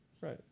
Right